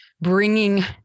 bringing